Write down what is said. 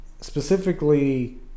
specifically